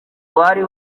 bari